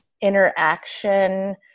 interaction